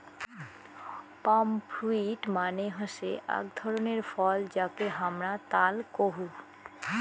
পাম fruit মানে হসে আক ধরণের ফল যাকে হামরা তাল কোহু